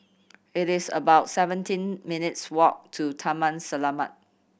it is about seventeen minutes walk to Taman Selamat